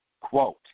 quote